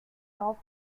top